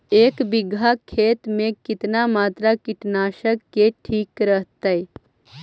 एक बीघा खेत में कितना मात्रा कीटनाशक के ठिक रहतय?